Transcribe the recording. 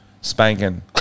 Spanking